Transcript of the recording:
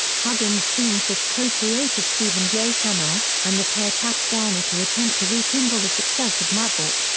huggins teamed with co-creator stephen j. cannell, and the pair tapped garner to attempt to rekindle the success of maverick,